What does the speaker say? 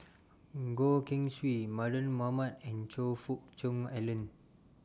Goh Keng Swee Mardan Mamat and Choe Fook Cheong Alan